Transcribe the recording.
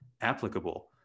applicable